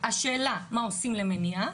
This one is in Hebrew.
השאלה מה עושים למניעה,